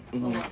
mmhmm